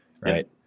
Right